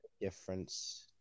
difference